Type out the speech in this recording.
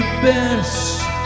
best